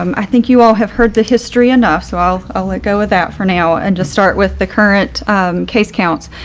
um i think you all have heard the history enough. so i'll i'll go with that for now. and just start with the current case counts.